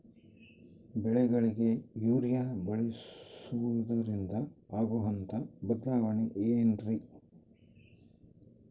ಬೆಳೆಗಳಿಗೆ ಯೂರಿಯಾ ಬಳಸುವುದರಿಂದ ಆಗುವಂತಹ ಬದಲಾವಣೆ ಏನ್ರಿ?